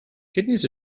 kidneys